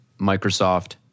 Microsoft